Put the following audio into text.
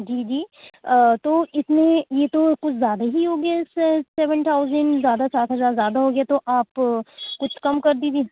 جی جی آ تو اِس میں یہ تو کچھ زیادہ ہی ہو گیا سر سیون تھاؤزن زیادہ سات ہزار زیادہ ہو گیا تو آپ کچھ کم کر دیجیے